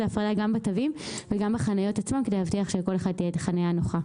ההפרדה בתווים ובחניות עצמן כדי להבטיח שלכל אחד תהיה את החניה הנוחה).